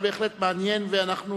בהחלט מעניין, ואנחנו